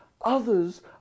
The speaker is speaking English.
others